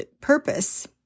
purpose